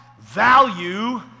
value